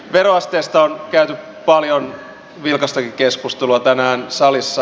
veroasteesta on käyty paljon vilkastakin keskustelua tänään salissa